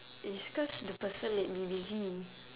it's cause the person may be busy